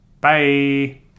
Bye